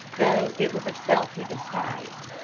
though it was a self he despised.